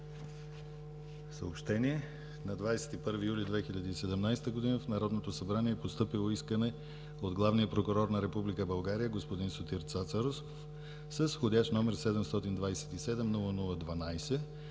Съобщение: На 21 юли 2017 г. в Народното събрание е постъпило искане от главния прокурор на Република България, господин Сотир Цацаров с вх. № 727-00-12,